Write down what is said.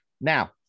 Now